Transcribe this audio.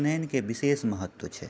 उपनेनके विशेष महत्व छै